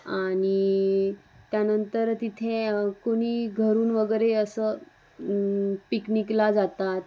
आणि त्यानंतर तिथे कोणी घरून वगैरे असं पिकनिकला जातात